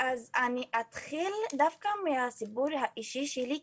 אז אני אתחיל דווקא מהסיפור האישי שלי כסטודנטית.